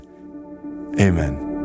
Amen